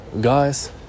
guys